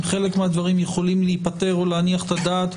אם חלק מהדברים יכולים להיפתר או להניח את הדעת,